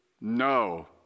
No